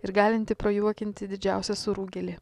ir galintį prajuokinti didžiausią surūgėlį